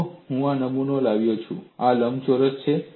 જુઓ હું આ નમૂનો લાવ્યો છું આ લંબચોરસ છે